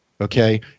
Okay